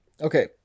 Okay